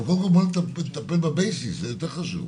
אבל קודם כל בואו נטפל בבייסיק, זה יותר חשוב.